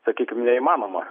sakykim neįmanoma